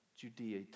Judea